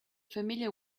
familiar